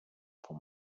for